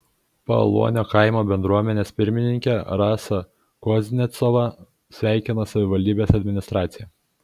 paaluonio kaimo bendruomenės pirmininkę rasą kuznecovą sveikina savivaldybės administracija